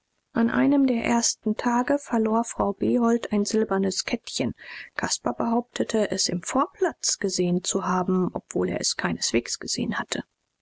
an einem der ersten tage verlor frau behold ein silbernes kettchen caspar behauptete es im vorplatz gesehen zu haben obwohl er es keineswegs gesehen hatte